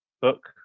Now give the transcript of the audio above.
book